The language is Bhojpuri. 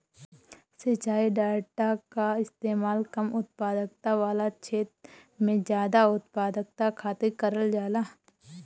सिंचाई डाटा कअ इस्तेमाल कम उत्पादकता वाला छेत्र में जादा उत्पादकता खातिर करल जाला